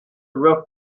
rough